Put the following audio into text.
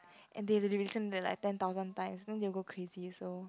and there is a reason that like ten thousand times then they go crazy also